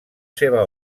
seva